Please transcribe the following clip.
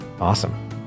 Awesome